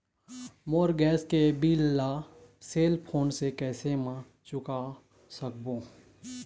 मोर gas के bill ला cell phone से कैसे म चुका सकबो?